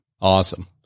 Awesome